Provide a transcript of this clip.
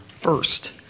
first